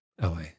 LA